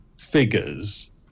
figures